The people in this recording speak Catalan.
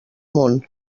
món